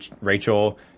Rachel